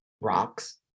rocks